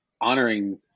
honoring